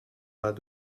pas